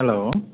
hello